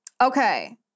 Okay